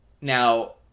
Now